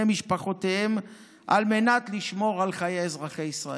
בני משפחותיהם על מנת לשמור על חיי אזרחי ישראל.